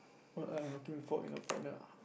what I'm looking for in a partner ah